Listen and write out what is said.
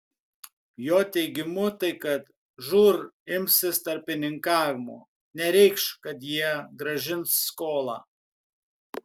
jo teigimu tai kad žūr imsis tarpininkavimo nereikš kad jie grąžins skolą